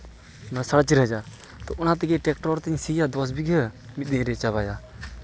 ᱢᱟᱱᱮ ᱥᱟᱲᱮ ᱪᱟᱹᱨ ᱦᱟᱡᱟᱨ ᱛᱳ ᱚᱱᱟ ᱛᱮᱜᱮ ᱴᱨᱮᱠᱴᱚᱨ ᱛᱤᱧ ᱥᱤᱭᱟ ᱫᱚᱥ ᱵᱤᱜᱷᱟᱹ ᱢᱤᱫ ᱫᱤᱱ ᱨᱤᱧ ᱪᱟᱵᱟᱭᱟ